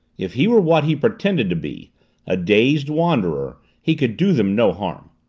if he were what he pretended to be a dazed wanderer, he could do them no harm.